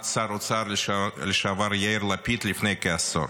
שר האוצר לשעבר יאיר לפיד לפני כעשור.